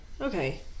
Okay